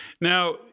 Now